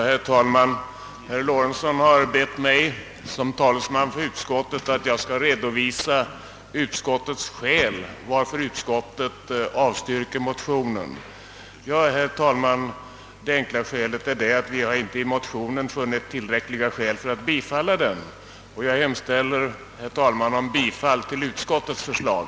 Herr talman! Herr Lorentzon har bett mig att jag som talesman för utskottet skall redovisa skälen för att utskottet avstyrkt motionen. Ja, herr talman, det enkla skälet är det, att vi i motionen inte funnit tillräckliga skäl för att bifalla den. Jag hemställer, herr talman, om bifall till utskottets förslag.